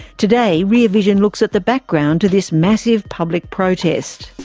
today rear vision looks at the background to this massive public protest.